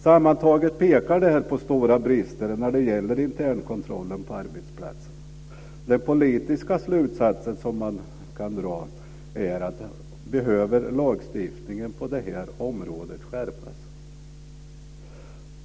Sammantaget pekar detta på stora brister när det gäller internkontrollen på arbetsplatsen. Den politiska slutsats som man kan dra är att lagstiftningen på det här området behöver skärpas.